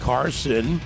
Carson